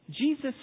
Jesus